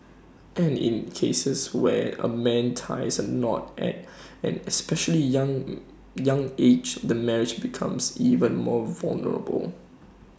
and in cases where A man ties the knot at an especially young young age the marriage becomes even more vulnerable